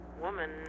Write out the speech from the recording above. woman